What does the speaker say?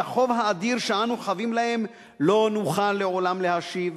את החוב האדיר שאנו חבים להם לא נוכל לעולם להשיב,